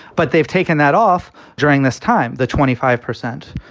but they've taken that off during this time, the twenty five percent.